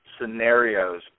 scenarios